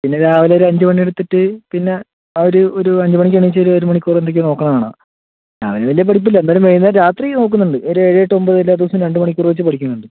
പിന്നെ രാവിലെ ഒരഞ്ചുമണി അടുത്തിട്ട് പിന്നെ ആ ഒരു ഒരു അഞ്ചു മണിക്ക് എണീച്ച് ഒരു ഒരുമണിക്കൂർ എന്തൊക്കെയോ നോക്കണ കാണാം അവന് വലിയ പിടിപ്പില്ല എന്നാലും വൈകുന്നേരം രാത്രി നോക്കുന്നുണ്ട് ഒരേഴ് എട്ട് ഒൻപത് വരെ എല്ലാ ദിവസവും രണ്ട് മണിക്കൂർ വെച്ച് പഠിക്കുന്നുണ്ട്